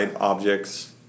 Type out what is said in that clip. objects